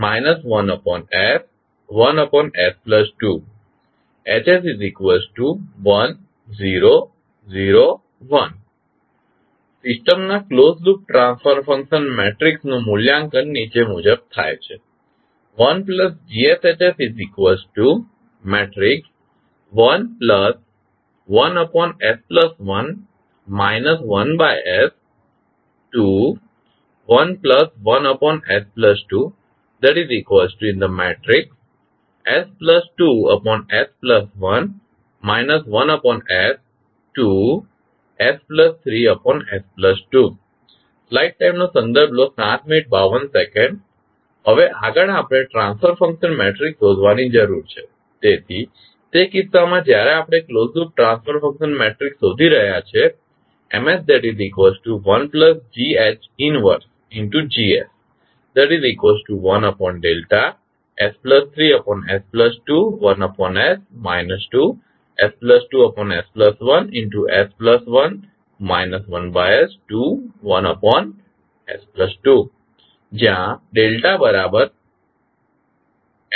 તેથી સિસ્ટમના closed loop transfer function મેટ્રિક્સનું મૂલ્યાંકન નીચે મુજબ થાય છે હવે આગળ આપણે ટ્રાન્સફર ફંક્શન મેટ્રિક્સ શોધવાની જરૂર છે તેથી તે કિસ્સામાં જ્યારે આપણે closed loop transfer function matrix શોધી રહ્યા છીએ